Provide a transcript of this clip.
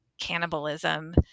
cannibalism